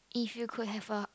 if you could have a